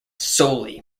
solely